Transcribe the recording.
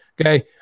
Okay